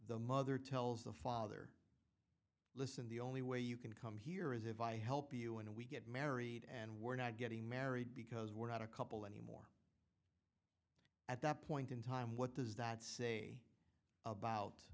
the mother tells the father listen the only way you can come here is if i help you and we get married and we're not getting married because we're not a couple anymore at that point in time what does that say about